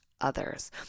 others